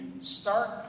start